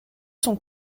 sont